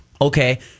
Okay